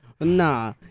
nah